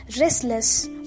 restless